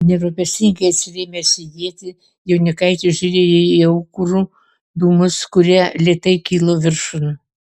nerūpestingai atsirėmęs į ietį jaunikaitis žiūrėjo į aukurų dūmus kurie lėtai kilo viršun